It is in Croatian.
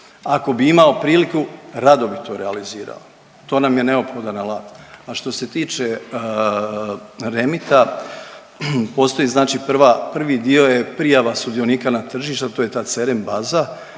Ako bi imao priliku rado bi to realizirao, to nam je neophodan alat. A što se tiče REMIT-a postoji znači prva, prvi dio je prijava sudionika na tržište to je ta cerem baza